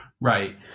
Right